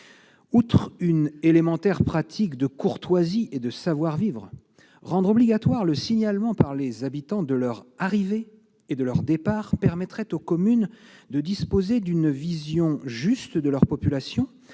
c'est une élémentaire pratique de courtoisie et de savoir-vivre, rendre obligatoire le signalement par les habitants de leur arrivée et de leur départ permettrait aux communes de disposer d'une vision juste de leur population